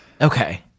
Okay